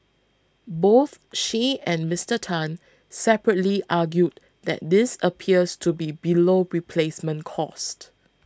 both she and Mister Tan separately argued that this appears to be below replacement cost